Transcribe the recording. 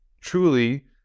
truly